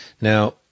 Now